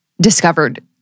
discovered